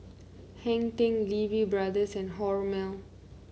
Hang Ten Lee Wee Brothers and Hormel